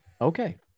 Okay